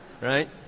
Right